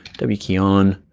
w key on,